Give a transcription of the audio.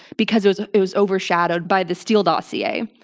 because it was ah it was overshadowed by the steele dossier.